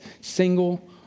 single